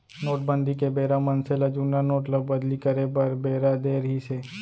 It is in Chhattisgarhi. नोटबंदी के बेरा मनसे ल जुन्ना नोट ल बदली करे बर बेरा देय रिहिस हे